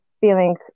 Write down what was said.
feeling